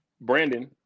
Brandon